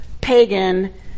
pagan